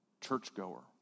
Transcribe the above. churchgoer